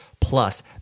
Plus